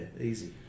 easy